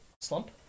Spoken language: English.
Slump